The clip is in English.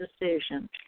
decision